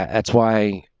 that's why